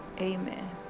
Amen